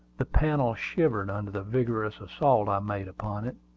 the panel shivered under the vigorous assault i made upon it.